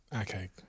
Okay